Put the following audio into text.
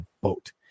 boat